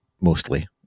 mostly